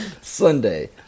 Sunday